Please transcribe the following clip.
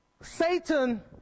Satan